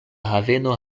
haveno